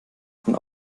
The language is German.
von